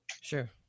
Sure